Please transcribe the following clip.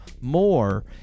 more